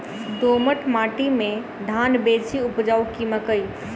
दोमट माटि मे धान बेसी उपजाउ की मकई?